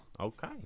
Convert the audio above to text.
Okay